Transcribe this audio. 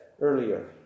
earlier